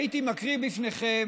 הייתי מקריא בפניכם